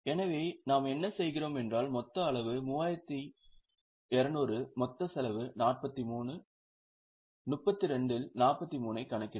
எனவே நாம் என்ன செய்கிறோம் என்றால் மொத்த அளவு 3200 மொத்த செலவு 43 32 இல் 43 ஐக் கணக்கிடலாம்